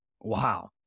Wow